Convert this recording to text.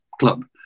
club